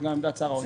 זאת עמדת שר האוצר.